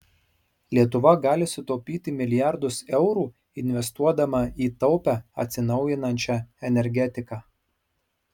lietuva gali sutaupyti milijardus eurų investuodama į taupią atsinaujinančią energetiką